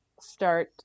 start